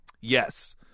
Yes